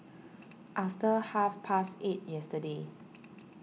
after half past eight yesterday